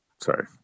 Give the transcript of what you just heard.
Sorry